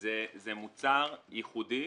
זה מוצר ייחודי